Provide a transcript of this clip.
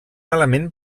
element